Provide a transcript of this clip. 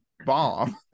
bomb